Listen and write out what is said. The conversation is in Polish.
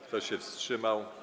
Kto się wstrzymał?